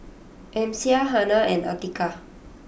Amsyar Hana and Atiqah